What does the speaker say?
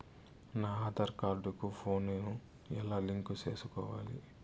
నా ఆధార్ కార్డు కు ఫోను ను ఎలా లింకు సేసుకోవాలి?